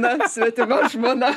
na svetima žmona